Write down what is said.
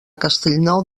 castellnou